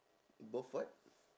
both what